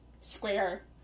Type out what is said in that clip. square